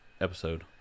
episode